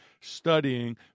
studying